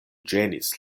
ĝenis